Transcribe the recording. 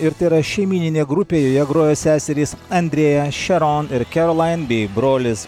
ir tai yra šeimyninė grupė joje groja seserys andrėja šeron ir kerlain bei brolis